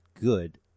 good